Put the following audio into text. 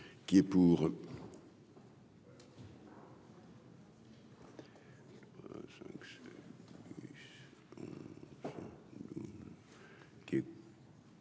qui est pour.